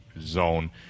zone